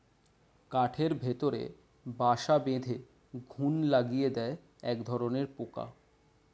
কাঠের ভেতরে বাসা বেঁধে ঘুন লাগিয়ে দেয় একধরনের পোকা